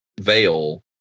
veil